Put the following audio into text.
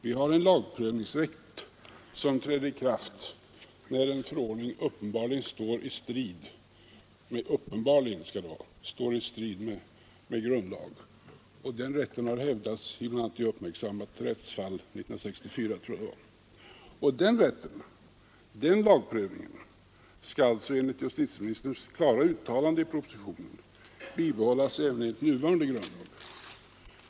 Vi har en lagprövningsrätt, som träder i kraft när en förordning uppenbarligen står i strid med grundlagen, och den rätten har hävdats, bl.a. i ett uppmärksammat rättsfall, jag tror det var 1964. Denna lagprövning skall enligt justitieministerns klara uttalande i propositionen bibehållas även enligt den nya grundlagen.